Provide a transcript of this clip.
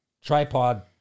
tripod